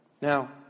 Now